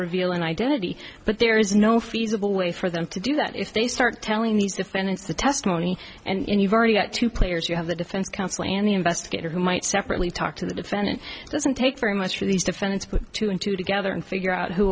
reveal an identity but there is no feasible way for them to do that if they start telling these defendants the testimony and you've already got two players you have the defense counsel and the investigator who might separately talk to the defendant doesn't take very much for these defendants put two and two together and figure out who